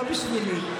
לא בשבילי.